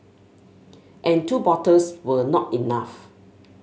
and two bottles were not enough